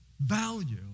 value